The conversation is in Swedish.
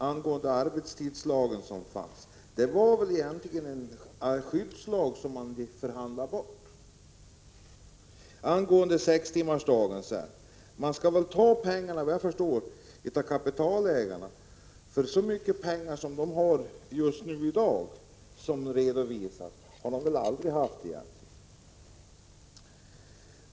Herr talman! Jag måste fråga Gustav Persson om inte arbetstidslagen, vars bestämmelser nu kan förhandlas bort, egentligen har karaktären av en skyddslag. Pengar för genomförande av sextimmarsdagen bör man såvitt jag förstår ta från kapitalägarna. Så mycket pengar som dessa i dag har har de väl aldrig tidigare kunnat redovisa.